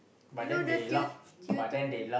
you know the tut~ tutorial